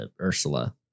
Ursula